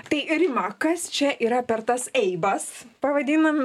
tai rima kas čia yra per tas eibas pavadinam